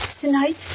tonight